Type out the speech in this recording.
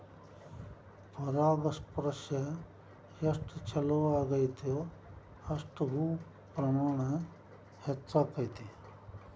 ಪರಾಗಸ್ಪರ್ಶ ಎಷ್ಟ ಚುಲೋ ಅಗೈತೋ ಅಷ್ಟ ಹೂ ಪ್ರಮಾಣ ಹೆಚ್ಚಕೈತಿ